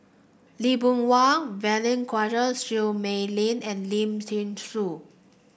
Lee Boon Wang Vivien Quahe Seah Mei Lin and Lim Thean Soo